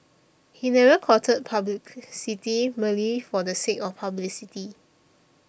he never courted publicity merely for the sake of publicity